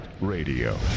Radio